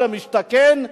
או למשתכן,